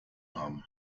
haben